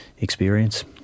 experience